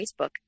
Facebook